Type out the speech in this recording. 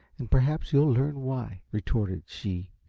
and perhaps you'll learn why, retorted she.